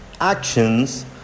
actions